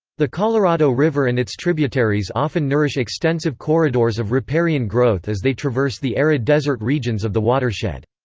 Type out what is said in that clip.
the colorado river and its tributaries often nourish extensive corridors of riparian growth as they traverse the arid desert regions of the watershed.